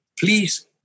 Please